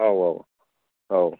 औ औ